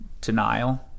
denial